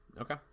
Okay